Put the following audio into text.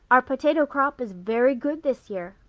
our potato crop is very good this year.